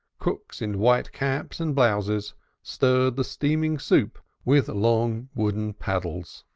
cooks in white caps and blouses stirred the steaming soup with long wooden paddles.